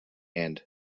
and